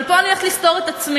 אבל פה אני הולכת לסתור את עצמי.